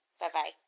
Bye-bye